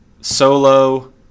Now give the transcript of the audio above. Solo